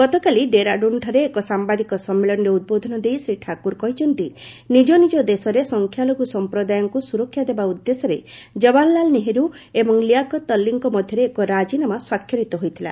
ଗତକାଲି ଡେରାଡୁନ୍ଠାରେ ଏକ ସାମ୍ବାଦିକ ସମ୍ମିଳନୀରେ ଉଦ୍ବୋଧନ ଦେଇ ଶ୍ରୀ ଠାକୁର କହିଛନ୍ତି ନିଜ ନିଜ ଦେଶରେ ସଂଖ୍ୟାଲଘୁ ସଂପ୍ରଦାୟଙ୍କୁ ସୁରକ୍ଷା ଦେବା ଉଦ୍ଦେଶ୍ୟରେ ଜବାହରଲାଲ ନେହରୁ ଏବଂ ଲିଆକତ୍ ଅଲ୍ଲୀଙ୍କ ମଧ୍ୟରେ ଏକ ରାଜିନାମା ସ୍ୱାକ୍ଷରିତ ହୋଇଥିଲା